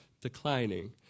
declining